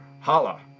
Holla